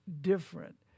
different